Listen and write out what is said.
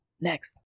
next